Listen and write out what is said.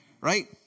right